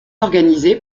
organisée